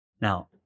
Now